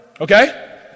Okay